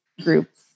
groups